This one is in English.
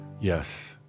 Yes